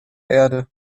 erde